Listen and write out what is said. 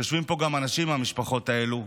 יושבים פה גם אנשים מהמשפחות האלה: